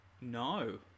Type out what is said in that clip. No